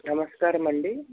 నమస్కారమండి